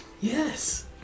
Yes